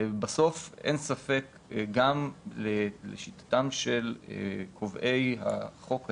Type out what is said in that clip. בסוף אין ספק, גם לשיטתם של קובעי החוק הירדני,